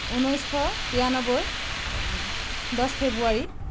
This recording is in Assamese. ঊনৈছশ তিৰান্নব্বৈ দহ ফেব্ৰুৱাৰী